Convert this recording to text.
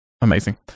amazing